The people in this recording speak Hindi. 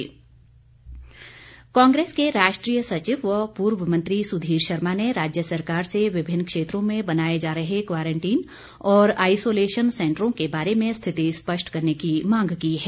कांग्रेस कांग्रेस के राष्ट्रीय सचिव व पूर्व मंत्री सुधीर शर्मा ने राज्य सरकार से विभिन्न क्षेत्रों में बनाए जा रहे क्वारंटीन और आइसोलेशन सैंटरों के बारे में स्थिति स्पष्ट करने की मांग की है